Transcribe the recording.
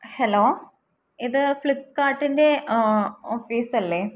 hello ഇത് ഫ്ലിപ്പ്കാർട്ടിൻ്റെ ഓഫീസല്ലേ